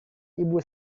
ibu